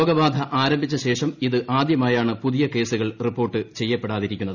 രോഗബാധ ആരംഭിച്ച ശേഷം ഇത് ആദ്യമായാണ് പുതിയ കേസുകൾ റിപ്പോർട്ട് ചെയ്യപ്പെടാതിരിക്കുന്നത്